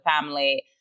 family